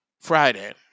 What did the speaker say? Friday